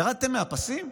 ירדתם מהפסים?